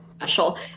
special